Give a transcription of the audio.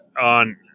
on